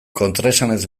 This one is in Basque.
kontraesanez